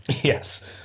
Yes